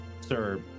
Sir